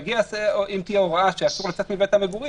אם תהיה הוראה שאסור לצאת מבית המגורים,